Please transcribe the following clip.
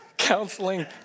Counseling